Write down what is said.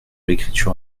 l’écriture